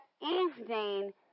evening